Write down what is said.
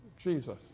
Jesus